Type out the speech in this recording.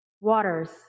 Waters